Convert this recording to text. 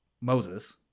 Moses